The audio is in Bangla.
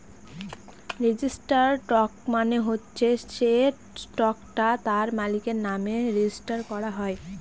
রেজিস্টার্ড স্টক মানে হচ্ছে সে স্টকটা তার মালিকের নামে রেজিস্টার করা হয়